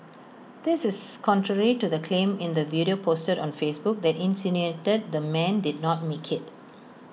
this is contrary to the claim in the video posted on Facebook that insinuated the man did not make IT